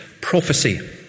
prophecy